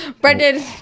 Brendan